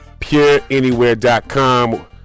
pureanywhere.com